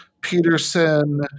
Peterson